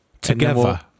Together